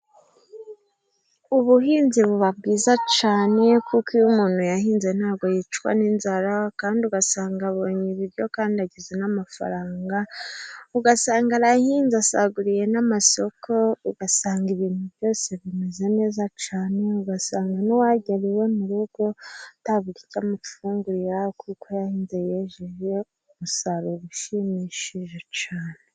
Ubuhinzi buba bwiza cyane kuko iyo umuntu yahinze ntabwo yicwa n'inzara, kandi ugasanga abonye ibiryo kandi agize n'amafaranga, ugasanga arahinze asaguriye n'amasoko, ugasanga ibintu bimeze neza cyane ugasanga n'uwagera iwe mu rugo atabura icyo amufungurira, kuko yahinze yejeje umusaruro ushimishije cyane.